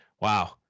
wow